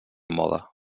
mode